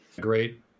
great